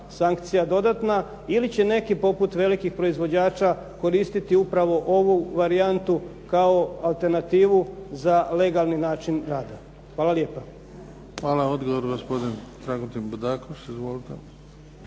sankcija dodatna ili će neki poput velikih proizvođača koristiti upravo ovu varijantu kao alternativu za legalni način rada? Hvala lijepa. **Bebić, Luka (HDZ)** Hvala. Odgovor, gospodin Dragutin Bodakoš. Izvolite.